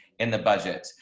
in the budget.